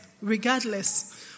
regardless